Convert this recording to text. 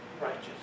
righteous